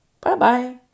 Bye-bye